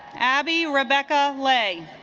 abby rebecca lay